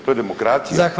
To je demokracija.